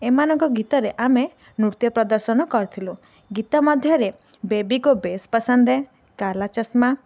ଏମାନଙ୍କ ଗୀତରେ ଆମେ ନୃତ୍ୟ ପ୍ରଦର୍ଶନ କରିଥିଲୁ ଗୀତ ମଧ୍ୟରେ ବେବି କୋ ବେସ୍ ପସନ୍ଦ ହେ କାଲା ଚଷମା